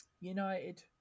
United